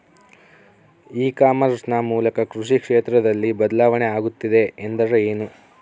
E commerce ನ ಮೂಲಕ ಕೃಷಿ ಕ್ಷೇತ್ರದಲ್ಲಿ ಬದಲಾವಣೆ ಆಗುತ್ತಿದೆ ಎಂದರೆ ಏನು?